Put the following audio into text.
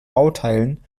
bauteilen